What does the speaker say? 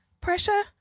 Pressure